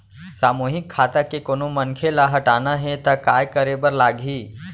सामूहिक खाता के कोनो मनखे ला हटाना हे ता काय करे बर लागही?